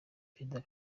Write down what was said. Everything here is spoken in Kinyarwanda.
perezida